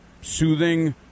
soothing